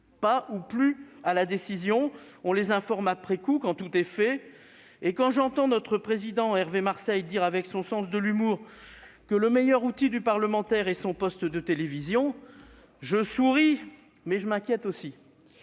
pas ou plus à la décision, on les informe après coup, quand tout est fait. Quand j'entends le président du groupe Union Centriste, Hervé Marseille, dire, avec son sens de l'humour, que le meilleur outil du parlementaire est son poste de télévision, je souris, mais je m'inquiète aussi